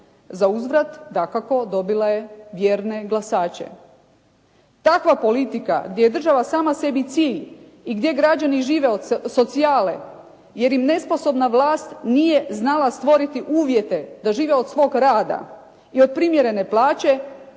Zauzvrat dakako dobila je vjerne glasače. Takva politika gdje je država sama sebi cilj i gdje građani žive od socijale, jer im nesposobna vlast nije znala stvoriti uvjete da žive od svog rada i od primjerene plaće,